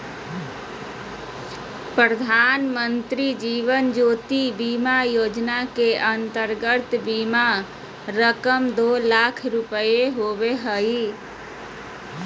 प्रधानमंत्री जीवन ज्योति बीमा योजना के अंतर्गत बीमा के रकम दो लाख रुपया होबो हइ